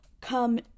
come